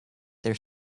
their